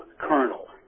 colonel